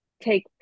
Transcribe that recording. take